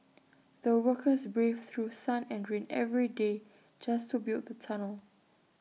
the workers braved through sun and rain every day just to build the tunnel